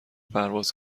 پرواز